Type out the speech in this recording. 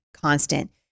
constant